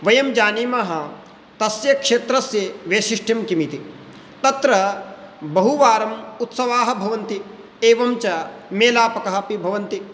वयं जानीमः तस्य क्षेत्रस्य वैशिष्ट्यं किमिति तत्र बहुवारम् उत्सवाः भवन्ति एवञ्च मेलापकाः अपि भवन्ति